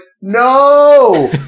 no